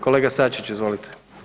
Kolega Sačić, izvolite.